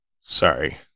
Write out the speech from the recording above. sorry